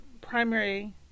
primary